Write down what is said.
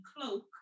cloak